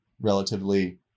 relatively